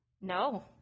no